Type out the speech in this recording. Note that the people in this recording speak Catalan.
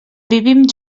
vivim